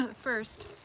First